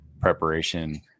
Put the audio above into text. preparation